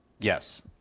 Yes